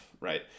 right